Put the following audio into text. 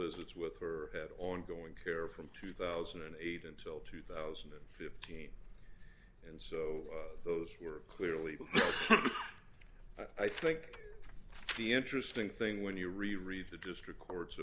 visits with her head on going care from two thousand and eight until two thousand and fifteen and so those were clearly i think the interesting thing when you really read the district court's